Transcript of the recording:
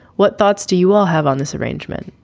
what thoughts do you all have on this arrangement?